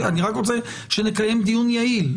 רוצה שנקיים דיון יעיל.